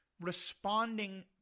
responding